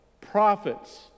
prophets